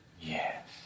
Yes